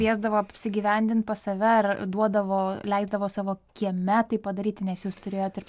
kviesdavo apsigyvendint pas save ar duodavo leisdavo savo kieme tai padaryti nes jūs turėjot ir